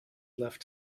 left